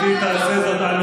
אז גברתי תעשה זאת.